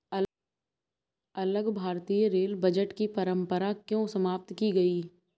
अलग भारतीय rail budget की परंपरा क्यों समाप्त की गई?